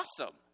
awesome